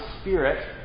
Spirit